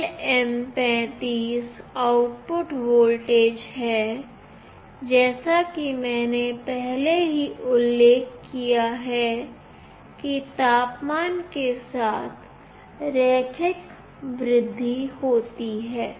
LM35 output voltage है जैसा कि मैंने पहले ही उल्लेख किया है कि तापमान के साथ रैखिक वृद्धि होती है